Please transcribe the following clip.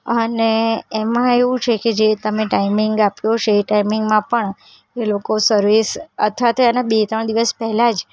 અને એમાં એવું છે કે જે તમે ટાઈમિંગ આપ્યો છે તે ટાઈમિંગમાં પણ એ લોકો સર્વિસ અથવા તો એનાં બે ત્રણ દિવસ પહેલાં જ